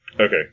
Okay